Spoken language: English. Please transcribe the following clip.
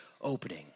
opening